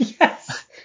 yes